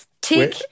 Tick